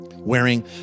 Wearing